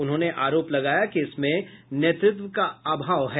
उन्होंने आरोप लगाया कि इसमें नेतृत्व का अभाव है